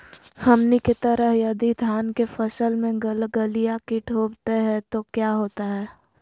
हमनी के तरह यदि धान के फसल में गलगलिया किट होबत है तो क्या होता ह?